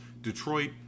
Detroit